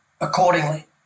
accordingly